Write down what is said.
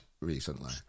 Recently